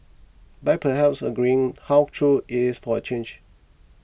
by perhaps agreeing how true it is for a change